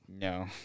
no